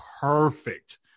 perfect